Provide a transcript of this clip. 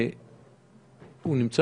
הוא נמצא?